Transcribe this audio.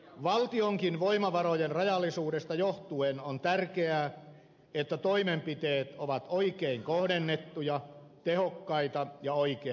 valtionkin voimavarojen rajallisuudesta johtuen on tärkeää että toimenpiteet ovat oikein kohdennettuja tehokkaita ja oikea aikaisia